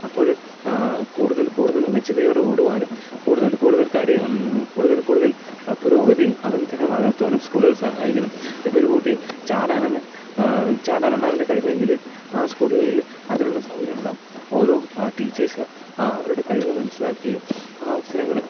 അപ്പോഴ് കൂടുതൽ കൂടുതൽ മെച്ചതയോട് ഓടുവാനും കൂടുതൽ കൂടുതൽ കാര്യം കൂടുതൽ കൂടുതൽ പുരോഗതി അവനിൽത്തന്നെ വളർത്തുവാനും സ്കൂളുകൾ സഹായിക്കുന്നു ഇപ്പോൾ ഒരു കുട്ടി ചാടാനാണ് ചാടാനാണ് അവൻ്റെ കഴിവ് എങ്കിൽ ആ സ്കൂളുകളിൽ അതിനുള്ള സൗകര്യം ഉണ്ടാവും ഓരോ ടീച്ചേഴ്സ് അവരുടെ കഴിവ് മനസിലാക്കുകയും ആ അവസരങ്ങൾ